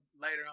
Later